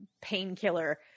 painkiller